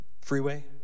freeway